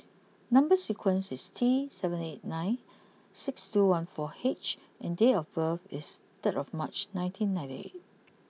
number sequence is T seven eight nine six two one four H and date of birth is third of March nineteen ninety eight